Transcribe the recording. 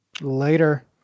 Later